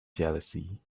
jealousy